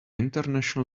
international